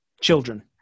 children